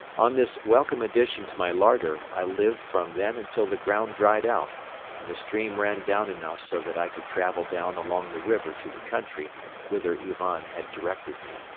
on this welcome addition to my larder i lived from then until the ground dried out and the stream ran down enough so that i could travel down along the river to the country whither ivan had directed me.